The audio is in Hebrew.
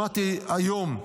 שמעתי היום,